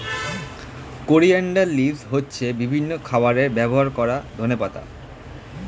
coriander leaves হচ্ছে বিভিন্ন খাবারে ব্যবহার করা ধনেপাতা